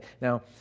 Now